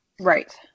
Right